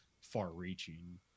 far-reaching